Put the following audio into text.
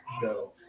go